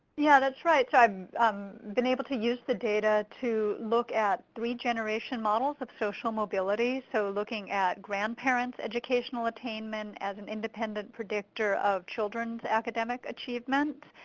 yeah. thats right, ive been able to use the data to look at three generation models of social mobility. so looking at grandparents educational attainment as an independent predictor of childrens academic achievement,